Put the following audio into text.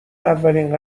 اولین